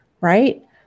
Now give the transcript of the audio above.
right